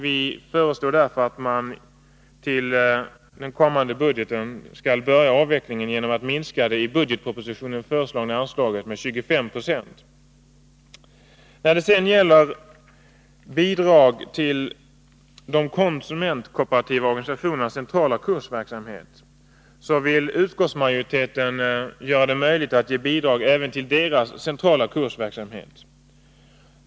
Vi föreslår därför att man till den kommande budgeten skall börja avvecklingen genom att minska det i budgetpropositionen föreslagna anslaget med 25 90. Utskottsmajoriteten vill göra det möjligt att ge bidrag även till de konsumentkooperativa organisationernas centrala kursverksamhet.